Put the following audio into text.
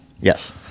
Yes